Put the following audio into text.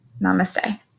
Namaste